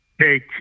take